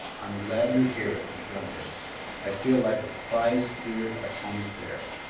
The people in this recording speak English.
i'm glad to hear it, he grunted i feel like a prize steer at a county fair!